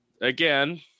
Again